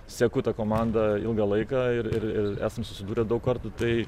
seku tą komandą ilgą laiką ir ir ir esam susidūrę daug kartų tai